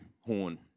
horn